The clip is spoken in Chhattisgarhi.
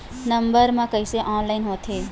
नम्बर मा कइसे ऑनलाइन होथे?